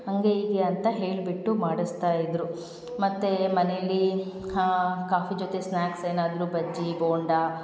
ಹಾಗೆ ಹೀಗೆ ಅಂತ ಹೇಳಿಬಿಟ್ಟು ಮಾಡಿಸ್ತಾ ಇದ್ದರು ಮತ್ತು ಮನೆಯಲ್ಲಿ ಹಾಂ ಕಾಫಿ ಜೊತೆ ಸ್ನಾಕ್ಸ್ ಏನಾದ್ರೂ ಬಜ್ಜಿ ಬೋಂಡಾ